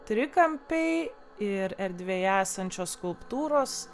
trikampiai ir erdvėje esančios skulptūros